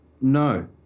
No